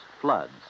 floods